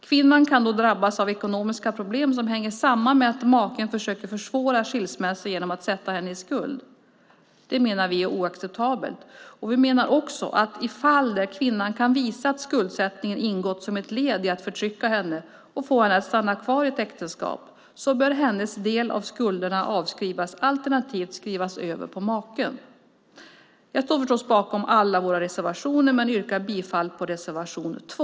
Kvinnan kan då drabbas av ekonomiska problem som hänger samman med att maken försöker försvåra skilsmässa genom att sätta henne i skuld. Vi menar att det är oacceptabelt. Vi menar också att i de fall där kvinnan kan visa att skuldsättningen ingått som ett led i att förtrycka henne och få henne att stanna kvar i ett äktenskap bör hennes del av skulderna avskrivas alternativt skrivas över på maken. Jag står förstås bakom alla våra reservationer men yrkar bifall till reservation 2.